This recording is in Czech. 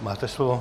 Máte slovo.